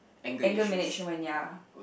anger management ya